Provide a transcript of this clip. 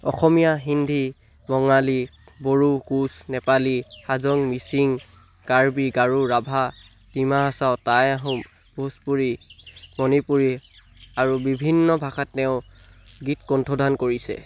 অসমীয়া হিন্দী বঙালী বড়ো কোঁচ নেপালী হাজং মিচিং কাৰ্বি গাৰু ৰাভা ডিমা হাচাও তাই আহোম ভোজপুুৰি মণিপুৰী আৰু বিভিন্ন ভাষাত তেওঁ গীত কণ্ঠদান কৰিছে